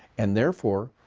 and therefore,